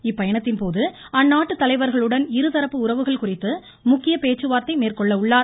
இப்பயணத்தின்போது அந்நாட்டு தலைவர்களுடன் இருதரப்பு உறவுகள் குறித்து முக்கிய பேச்சுவார்த்தை மேற்கொள்ள உள்ளார்